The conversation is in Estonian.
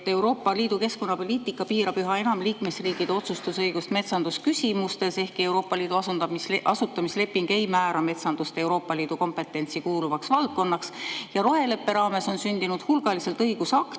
et Euroopa Liidu keskkonnapoliitika piirab üha enam liikmesriikide otsustusõigust metsandusküsimustes, ehkki Euroopa Liidu asutamisleping ei määra metsandust Euroopa Liidu kompetentsi kuuluvaks valdkonnaks, ja roheleppe raames on sündinud hulgaliselt õigusakte,